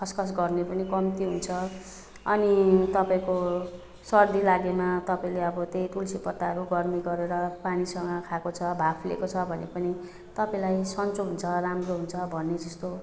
खसखस गर्ने पनि कम्ती हुन्छ अनि तपाईँको सर्दी लागेमा तपाईँले अब त्यही तुलसी पत्ताहरू गरम गरेर पानीसँग खाएको छ वाफ लिएको छ भने पनि तपाईँलाई सन्चो हुन्छ राम्रो हुन्छ भने जस्तो